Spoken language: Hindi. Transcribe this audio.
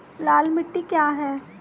लाल मिट्टी क्या है?